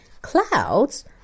Clouds